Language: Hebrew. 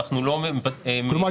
כלומר,